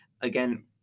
Again